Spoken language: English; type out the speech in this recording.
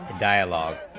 dialog